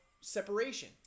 separation